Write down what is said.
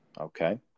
Okay